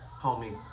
Homie